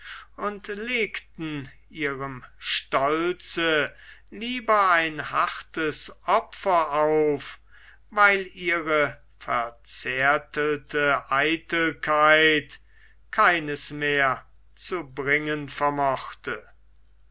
und legten ihrem stolze lieber ein hartes opfer auf weil ihre verzärtelte eitelkeit keines mehr zu bringen vermochte